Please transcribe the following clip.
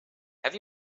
have